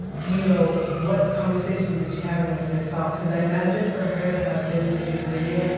you know, what conversations is she having with herself? cause i imagine for her to have been this resilient,